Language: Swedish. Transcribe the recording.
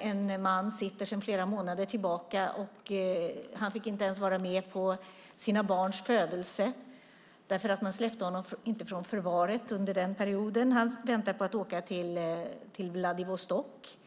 En man som sitter där sedan flera månader tillbaka fick inte ens vara med på sina barns födelse eftersom han inte släpptes från förvaret under den perioden. Han väntar på att åka till Vladivostok.